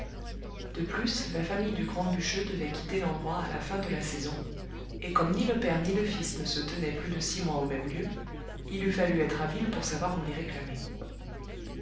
de plus la famille du grand bûcheux devait quitter l'endroit à la fin de la saison et comme ni le père ni le fils ne se tenaient plus de six mois au même lieu il eût fallu être habile pour savoir où les réclamer